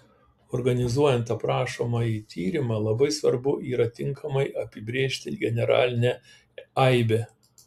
organizuojant aprašomąjį tyrimą labai svarbu yra tinkamai apibrėžti generalinę aibę